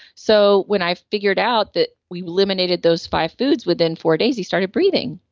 so when i figured out that, we eliminated those five foods. within four days he started breathing,